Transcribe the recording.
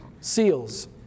seals